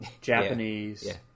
japanese